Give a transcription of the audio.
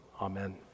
Amen